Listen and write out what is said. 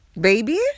baby